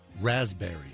Raspberry